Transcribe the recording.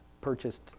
purchased